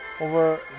over